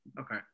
Okay